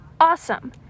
awesome